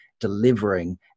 delivering